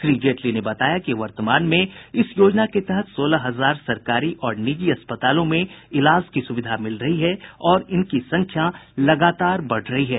श्री जेटली ने बताया कि वर्तमान में इस योजना के तहत सोलह हजार सरकारी और निजी अस्पतालों में इलाज की सुविधा मिल रही है और इनकी संख्या लगातार बढ़ रही है